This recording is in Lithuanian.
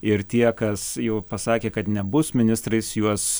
ir tie kas jau pasakė kad nebus ministrais juos